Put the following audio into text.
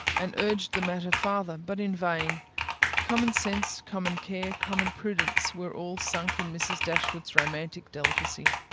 and urged the matter farther, but in vain common sense, common care, common prudence, were all sunk in mrs. dashwood's romantic delicacy.